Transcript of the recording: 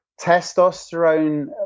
testosterone